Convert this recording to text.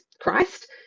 christ